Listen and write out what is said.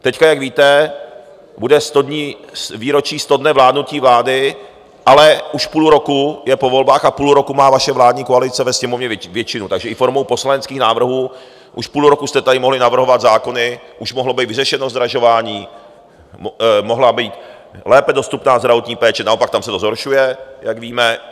Teď, jak víte, bude výročí sto dnů vládnutí vlády, ale už půl roku je po volbách a půl roku má vaše vládní koalice ve Sněmovně většinu, takže i formou poslaneckých návrhů už půl roku jste tady mohli navrhovat zákony, už mohlo být vyřešeno zdražování, mohla být lépe dostupná zdravotní péče naopak tam se to zhoršuje, jak víme.